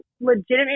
legitimately